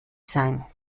sein